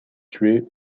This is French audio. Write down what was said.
tués